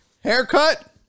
Haircut